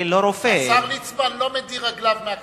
השר ליצמן לא מדיר רגליו מהכנסת,